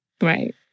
Right